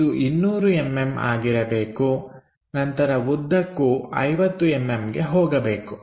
ಇದು 200mm ಆಗಿರಬೇಕು ನಂತರ ಉದ್ದಕ್ಕೂ 50mm ಗೆ ಹೋಗಬೇಕು